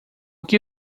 que